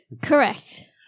Correct